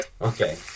Okay